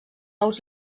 ous